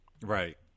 Right